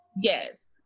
yes